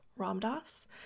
Ramdas